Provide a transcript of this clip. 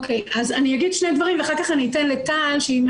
אגיד שני דברים ואחר כך אתן לטל פוקס